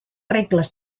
regles